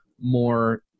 more